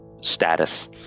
status